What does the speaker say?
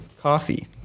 Coffee